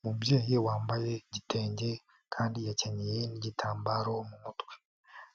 Umubyeyi wambaye igitenge kandi yakenyeye n'igitambaro mu mutwe.